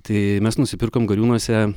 tai mes nusipirkom gariūnuose